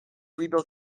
rebuilt